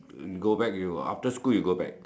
you go back you after school you go back